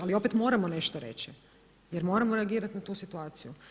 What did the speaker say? Ali opet moramo nešto reći jer moramo reagirat na tu situaciju.